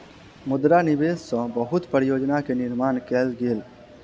मुद्रा निवेश सॅ बहुत परियोजना के निर्माण कयल गेल